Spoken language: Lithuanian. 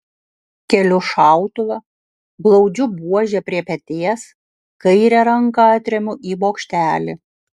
keliu šautuvą glaudžiu buožę prie peties kairę ranką atremiu į bokštelį